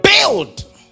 build